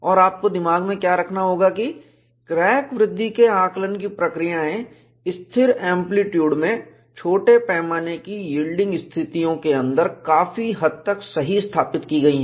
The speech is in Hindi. और आपको दिमाग में क्या रखना होगा कि क्रैक वृद्धि के आकलन की प्रक्रियाएं स्थिर एंप्लीट्यूड में छोटे पैमाने की यील्डिंग स्थितियों के अंदर काफी हद तक सही स्थापित की गई हैं